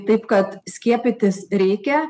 taip kad skiepytis reikia